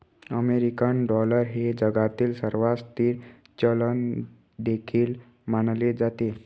American dollar हे जगातील सर्वात स्थिर चलन देखील मानले जाते